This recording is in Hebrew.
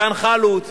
דן חלוץ,